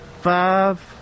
five